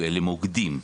למוקדים.